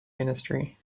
ministry